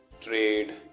trade